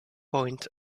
point